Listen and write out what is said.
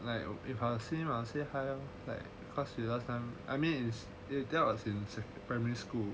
like I will I will say hi lah like like cause you last time I means that was in primary school